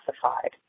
classified